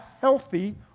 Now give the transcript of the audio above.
healthy